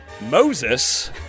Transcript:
Moses